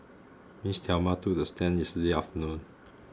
Miss Thelma took the stand yesterday afternoon